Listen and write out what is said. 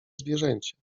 zwierzęcia